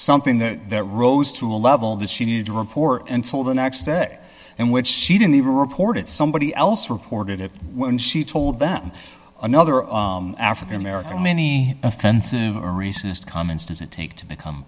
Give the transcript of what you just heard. something that there rose to a level that she needed to report until the next day and which she didn't even reported somebody else reported it when she told them another of african american many offensive are racist comments does it take to become